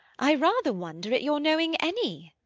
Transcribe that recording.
i rather wonder at your knowing any.